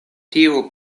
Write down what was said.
tiu